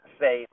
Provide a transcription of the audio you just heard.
say